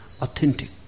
authentic